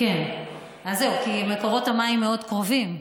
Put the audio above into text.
כי מקורות המים מאוד קרובים.